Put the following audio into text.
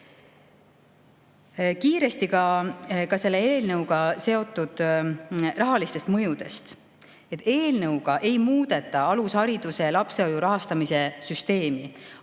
Kiiresti ka selle eelnõuga seotud rahalistest mõjudest. Eelnõuga ei muudeta alushariduse ja lapsehoiu rahastamise süsteemi.